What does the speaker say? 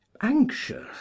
anxious